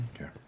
Okay